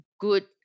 good